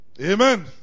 Amen